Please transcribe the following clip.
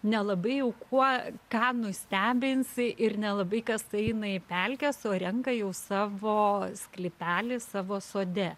nelabai jau kuo ką nustebinsi ir nelabai kas eina į pelkes o renka jau savo sklypely savo sode